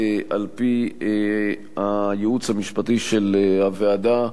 על-פי הייעוץ המשפטי של הוועדה,